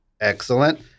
Excellent